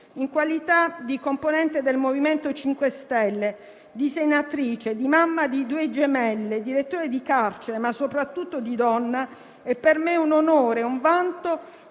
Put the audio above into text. In qualità di componente del MoVimento 5 Stelle, di senatrice, di mamma di due gemelle, di direttore di carcere, ma soprattutto di donna, è per me un onore e un vanto